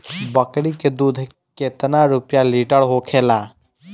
बकड़ी के दूध केतना रुपया लीटर होखेला?